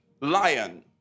lion